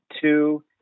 two